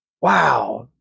wow